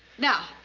now,